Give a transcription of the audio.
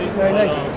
very nice.